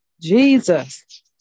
Jesus